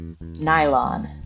Nylon